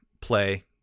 play